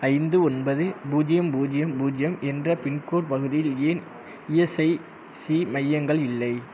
ஐந்து ஒன்பது பூஜியம் பூஜியம் பூஜியம் என்ற பின்கோட் பகுதியில் ஏன் இஎஸ்ஐசி மையங்கள் இல்லை